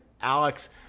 Alex